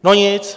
No nic.